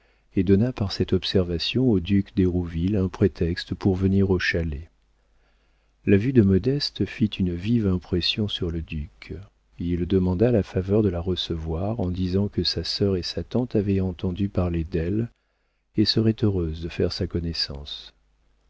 et donna par cette observation au duc d'hérouville un prétexte pour venir au chalet la vue de modeste fit une vive impression sur le duc il demanda la faveur de la recevoir en disant que sa sœur et sa tante avaient entendu parler d'elle et seraient heureuses de faire sa connaissance